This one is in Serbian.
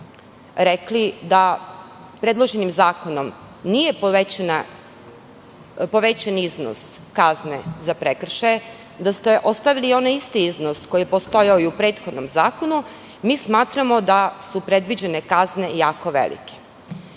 rekli da predloženim zakonom nije povećan iznos kazne za prekršaje, da ste ostavili onaj isti iznos koji je postojao i u prethodnom zakonu, mi smatramo da su predviđene kazne jako velike.